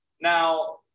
Now